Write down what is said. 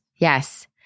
Yes